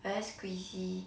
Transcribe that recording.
very squeeze